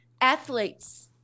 athletes